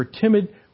timid